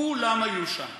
כולן היו שם.